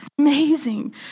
amazing